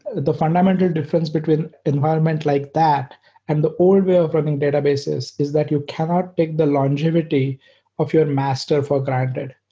the fundamental difference between environment like that and the old way of running databases is that you cannot pick the longevity of your master for granted.